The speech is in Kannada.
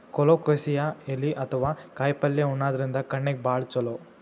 ಕೊಲೊಕೆಸಿಯಾ ಎಲಿ ಅಥವಾ ಕಾಯಿಪಲ್ಯ ಉಣಾದ್ರಿನ್ದ ಕಣ್ಣಿಗ್ ಭಾಳ್ ಛಲೋ